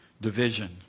division